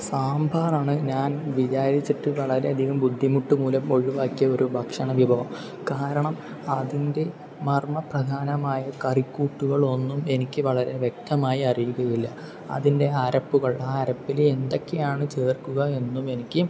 സമ്പാറാണ് ഞാൻ വിചാരിച്ചിട്ട് വളരെ അധികം ബുദ്ധിമുട്ട് മൂലം ഒഴിവാക്കിയ ഒരു ഭക്ഷണ വിഭവം കാരണം അതിൻ്റെ മർമ്മ പ്രധാനമായ കറിക്കൂട്ടുകൾ ഒന്നും എനിക്ക് വളരെ വ്യക്തമായി അറിയുകയില്ല അതിൻ്റെ ആ അരപ്പുകൾ ആ അരപ്പില് എന്തൊക്കെയാണ് ചേർക്കുക എന്നും എനിക്ക്